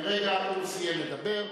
כרגע הוא סיים לדבר,